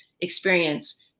experience